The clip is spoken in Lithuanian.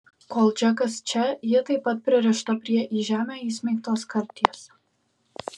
kol džekas čia ji taip pat pririšta prie į žemę įsmeigtos karties